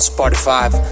Spotify